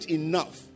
enough